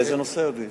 על איזה נושא, אדוני?